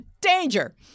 danger